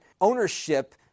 ownership